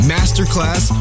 Masterclass